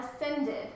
ascended